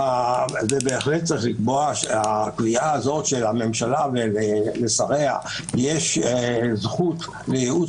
ובהחלט צריך לקבוע שהקביעה הזאת שלממשלה ולשריה יש זכות לייעוץ